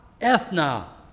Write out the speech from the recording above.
ethna